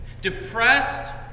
depressed